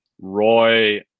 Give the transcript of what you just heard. Roy –